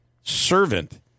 servant